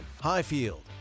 Highfield